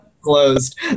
closed